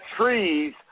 Trees